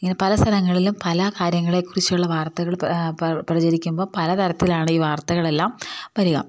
ഇങ്ങനെ പല സ്ഥലങ്ങളിലും പല കാര്യങ്ങളെ കുറിച്ചുള്ള വാർത്തകൾ പ്രചരിക്കുമ്പോൾ പല തരത്തിലാണ് ഈ വാർത്തകളെല്ലാം വരിക